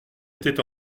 était